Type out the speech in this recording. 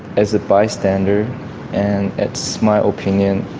as a bystander, and it's my opinion,